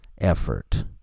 Effort